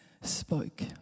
spoke